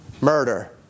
murder